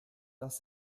das